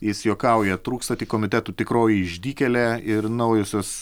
jis juokauja trūksta tik komitetų tikroji išdykėlė ir naujosios